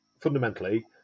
fundamentally